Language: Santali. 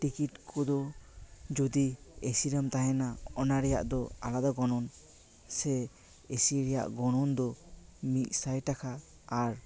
ᱴᱤᱠᱤᱴ ᱠᱚᱫᱚ ᱡᱚᱫᱤ ᱮᱥᱤ ᱨᱮᱢ ᱛᱟᱦᱮᱱᱟ ᱚᱱᱟᱨᱮᱭᱟᱜ ᱫᱚ ᱟᱞᱟᱫᱟ ᱜᱚᱱᱚᱝ ᱥᱮ ᱮᱥᱤ ᱨᱮᱭᱟᱜ ᱜᱚᱱᱚᱝ ᱰᱚ ᱢᱤᱫᱥᱟᱭ ᱴᱟᱠᱟ ᱟᱨ